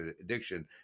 addiction